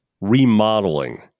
remodeling